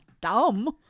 dumb